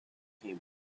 became